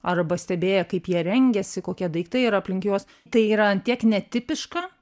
arba stebėję kaip jie rengiasi kokie daiktai yra aplink juos tai yra ant tiek netipiška